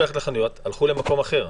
הלכו למקום אחר.